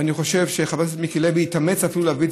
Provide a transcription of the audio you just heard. ואני חושב שחבר הכנסת מיקי לוי התאמץ אפילו להביא את